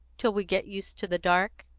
till we get used to the dark?